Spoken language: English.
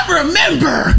remember